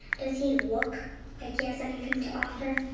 does he look like he has anything to offer?